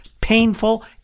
painful